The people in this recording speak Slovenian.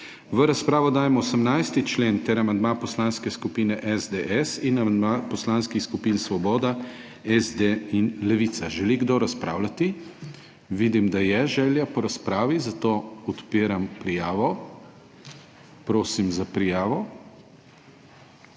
V razpravo dajem 18. člen ter amandma Poslanske skupine SDS in amandma Poslanskih skupin Svoboda, SD in Levica. Želi kdo razpravljati? Vidim, da je želja po razpravi, zato odpiram prijavo. Prosim za prijavo.